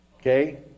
okay